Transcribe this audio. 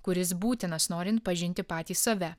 kuris būtinas norint pažinti patį save